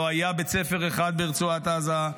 לא היה בית ספר אחד ברצועת עזה,